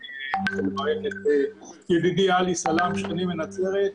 אני מברך את ידידי עלי סלאם שכני מנצרת.